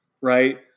right